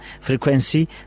frequency